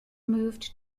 moved